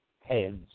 heads